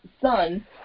son